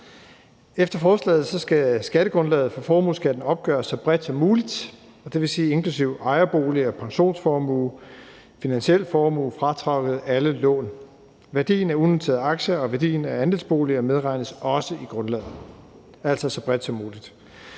Efter forslaget skal skattegrundlaget for formueskatten opgøres så bredt som muligt, dvs. inklusive ejerboliger, pensionsformue og finansiel formue fratrukket alle lån. Værdien af unoterede aktier og værdien af andelsboliger medregnes også i grundlaget, altså så bredt som muligt.